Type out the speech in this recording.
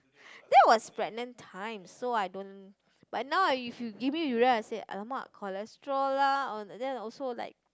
that was pregnant time so I don't but now if you give me durian I said !alamak! cholesterol lah all then also like